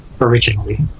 originally